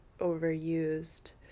overused